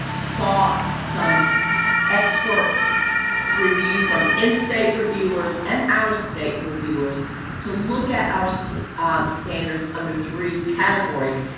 sought some expert review from in-state reviewers and out-of-state reviewers to look at our so um standards under three categories,